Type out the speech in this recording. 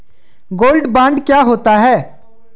Gold bond क्या होता है?